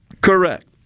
Correct